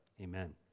amen